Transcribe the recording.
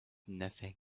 nothing